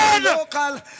local